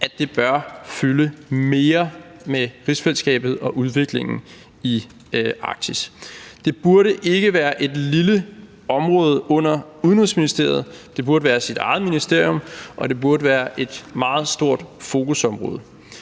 danmarkshistorie: Rigsfællesskabet og udviklingen i Arktis bør fylde mere. Det burde ikke være et lille område under Udenrigsministeriet. Det burde være sit eget ministerium, og det burde være et meget stort fokusområde.